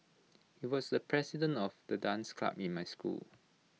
he was the president of the dance club in my school